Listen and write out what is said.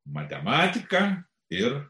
matematika ir